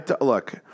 look